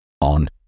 on